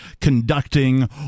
conducting